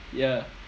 ya